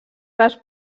les